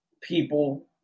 people